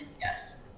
yes